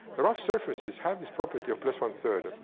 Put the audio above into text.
rough surfaces have this property of plus one three.